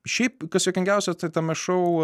šiaip kas juokingiausia tai tame šou